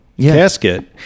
casket